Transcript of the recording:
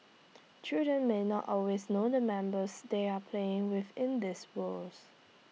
children may not always know the members they are playing with in these worlds